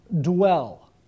dwell